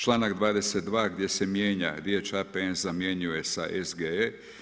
Članak 22. gdje se mijenja riječ APN zamjenjuje sa SGE.